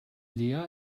lea